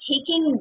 Taking